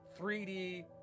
3D